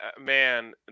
Man